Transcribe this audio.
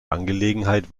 angelegenheit